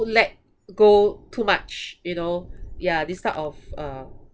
let go too much you know yeah this type of uh